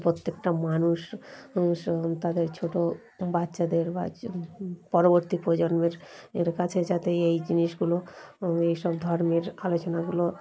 প্রত্যেকটা মানুষ তাদের ছোট বাচ্চাদের বা পরবর্তী প্রজন্মের এর কাছে যাতে এই জিনিসগুলো এইসব ধর্মের আলোচনাগুলো